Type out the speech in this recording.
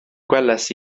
gwelais